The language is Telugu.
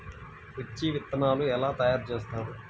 మిర్చి విత్తనాలు ఎలా తయారు చేస్తారు?